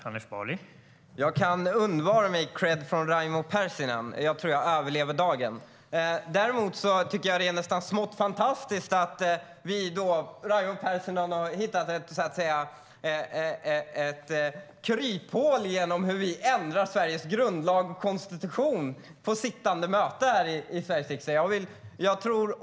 Herr talman! Jag kan undvara kredd från Raimo Pärssinen. Jag tror att jag överlever dagen. Det är ett smått fantastiskt kryphål Raimo Pärssinen har hittat. Han menar att vi ändrar Sveriges grundlag och konstitution på sittande möte här i Sveriges riksdag.